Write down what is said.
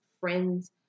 friends